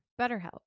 BetterHelp